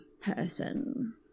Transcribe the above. person